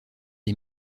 est